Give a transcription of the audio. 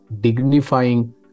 dignifying